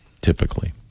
typically